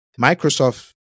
Microsoft